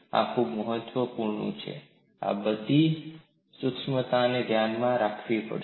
આ ખૂબ જ મહત્વપૂર્ણ છે આ બધી સૂક્ષ્મતાને આપણે ધ્યાનમાં રાખવી પડશે